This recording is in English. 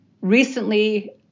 recently